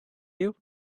you